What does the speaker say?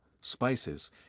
spices